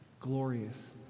glorious